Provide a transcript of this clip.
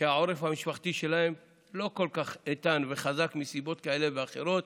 שהעורף המשפחתי שלהם לא כל כך איתן וחזק מסיבות כאלה ואחרות